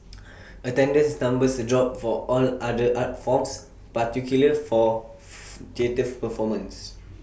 attendance numbers dropped for all other art forms particularly for theatre performances